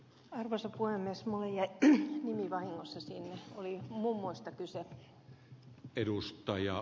harva se voi myös monia arvoisa herra puhemies